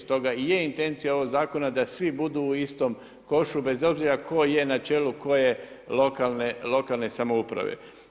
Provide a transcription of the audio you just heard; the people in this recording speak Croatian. Stoga je intencija ovog zakona da svi budu u istom košu bez obzira tko je na čelu koje lokalne samouprave.